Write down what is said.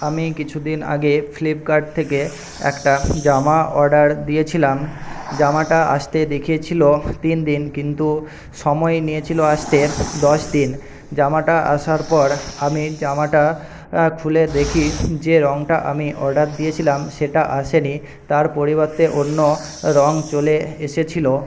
আমি কিছুদিন আগে ফিল্পকার্ট থেকে একটা জামা অর্ডার দিয়েছিলাম জামাটা আসতে দেখিয়েছিল তিন দিন কিন্তু সময় নিয়েছিল আসতে দশ দিন জামাটা আসার পর আমি জামাটা খুলে দেখি যে রঙটা আমি অর্ডার দিয়েছিলাম সেটা আসে নি তার পরিবর্তে অন্য রঙ চলে এসেছিল